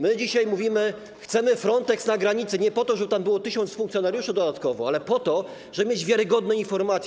My dzisiaj mówimy: chcemy Fronteksu na granicy nie po to, żeby tam było 1 tys. funkcjonariuszy dodatkowo, ale po to, żeby mieć wiarygodne informacje.